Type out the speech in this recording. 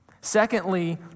Secondly